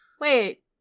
wait